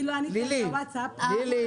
כי לא ענית לווטסאפ --- לילי,